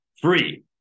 free